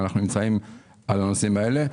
ואנו נמצאים על הנושאים האלה.